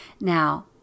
Now